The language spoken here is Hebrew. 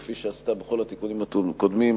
כפי שעשתה בכל התיקונים הקודמים,